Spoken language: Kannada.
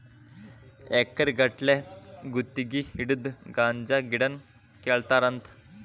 ಎಕರೆ ಗಟ್ಟಲೆ ಗುತಗಿ ಹಿಡದ ಗಾಂಜಾ ಗಿಡಾನ ಕೇಳತಾರಂತ